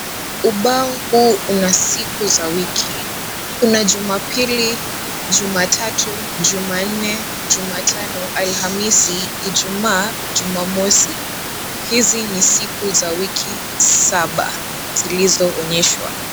Ubao huu una siku za wiki. Kuna Jumapili, Jumatatu, Jumanne Jumatano, Alhamisi, Ijumaa, Jumamosi. Hizi ni siku za wiki saba zilizoonyeshwa.